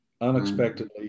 unexpectedly